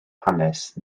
hanes